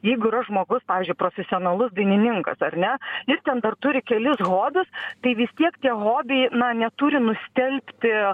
jeigu yra žmogus pavyzdžiui profesionalus dainininkas ar ne jis ten dar turi kelis hobius tai vis tiek tie hobiai na neturi nustelbti